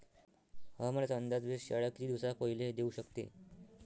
हवामानाचा अंदाज वेधशाळा किती दिवसा पयले देऊ शकते?